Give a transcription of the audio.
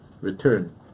return